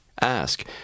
Ask